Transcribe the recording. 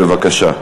בבקשה.